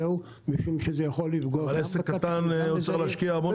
משום שזה יכול לפגוע --- אבל עסק קטן צריך להשקיע המון שעות.